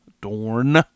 Dorn